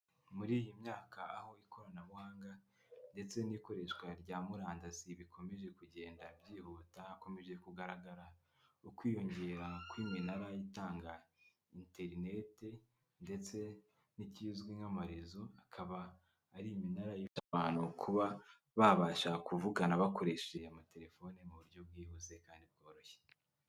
Muri iyi myaka aho ikoranabuhanga ndetse n'ikoreshwa rya murandasi bikomeje kugenda byihuta, hakomeje kugaragara ukwiyongera kw'iminara itanga interinete ndetse n'ikizwi nk'amarizo, akaba ari iminara ifasha abantu kuba babasha kuvugana bakoresheje amatelefone muburyo bwihuse kandi bworoshye.